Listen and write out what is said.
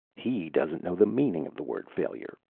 he doesn't know the meaning of the word failure.